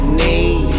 need